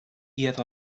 yet